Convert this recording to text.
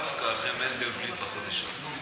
דווקא אחרי מנדלבליט בחודש האחרון.